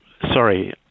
Sorry